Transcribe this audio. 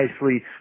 nicely